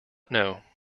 know